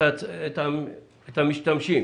המשתמשים.